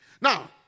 Now